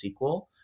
SQL